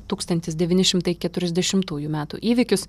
tūkstantis devyni šimtai keturiasdešimtųjų metų įvykis